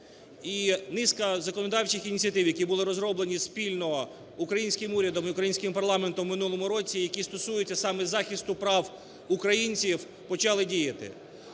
І низка законодавчих ініціатив, які були розроблені спільно українським урядом і українським парламентом в минулому році, які стосуються саме захисту прав українців, почали діяти.